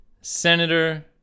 Senator